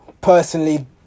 personally